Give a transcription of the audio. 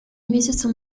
месяца